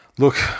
Look